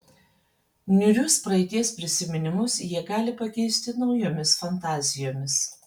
niūrius praeities prisiminimus jie gali pakeisti naujomis fantazijomis